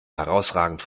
herausragend